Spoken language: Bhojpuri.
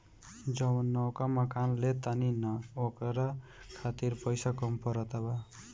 जवन नवका मकान ले तानी न ओकरा खातिर पइसा कम पड़त बा